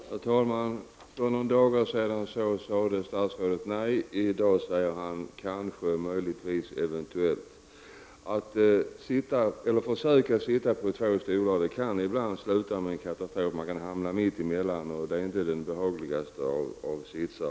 Herr talman! För några dagar sedan sade statsrådet nej. I dag säger han kanske, möjligtvis eller eventuellt. Att försöka sitta på två stolar kan ibland sluta med en katastrof. Man kan hamna mitt emellan stolarna, och det är inte den behagligaste av sitsar.